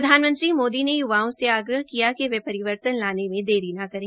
प्रधानमंत्री मोदी ने य्वाओं से आग्रह किया वे परिवर्तन लाने में देरी न करें